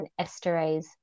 esterase